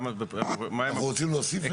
אנחנו רוצים להוסיף.